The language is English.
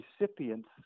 recipients